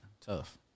Tough